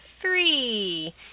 three